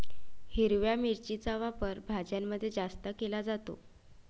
हिरव्या मिरचीचा वापर भाज्यांमध्ये जास्त केला जातो